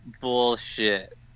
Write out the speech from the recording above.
Bullshit